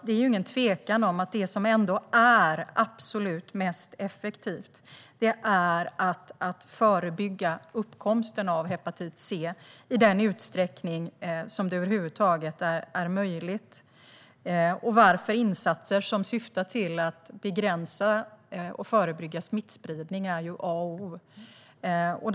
Det är ingen tvekan om att det som ändå är absolut mest effektivt är att förebygga uppkomsten av hepatit C i så stor utsträckning som det över huvud taget är möjligt, varför insatser som syftar till att begränsa och förebygga smittspridning är A och O.